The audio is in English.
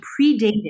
predated